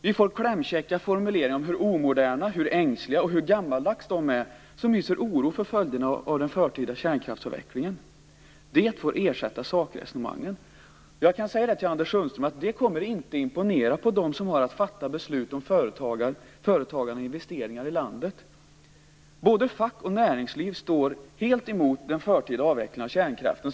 Vi får klämkäcka formuleringar om hur omoderna, ängsliga och gammaldags de är som hyser oro för följderna av den förtida kärnkraftsavvecklingen. Det får ersätta sakresonemangen. Jag kan säga till Anders Sundström att det inte kommer att imponera på dem som har att fatta beslut om företagande och investeringar i landet. Både fack och näringsliv är helt emot den förtida avvecklingen av kärnkraften.